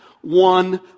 one